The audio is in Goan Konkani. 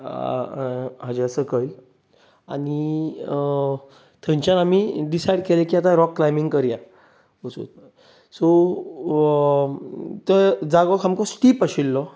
हाच्या सकयल आनी थंयच्यान आमी डिसायड केलें की आतां राॅक क्लायबिंग करया वचून सो थंय जागो सामको स्टीप आशिल्लो